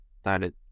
started